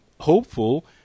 hopeful